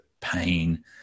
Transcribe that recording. pain